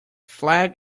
flag